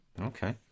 Okay